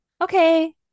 Okay